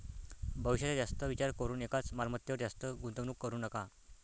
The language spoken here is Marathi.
भविष्याचा जास्त विचार करून एकाच मालमत्तेवर जास्त गुंतवणूक करू नका